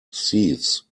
sieves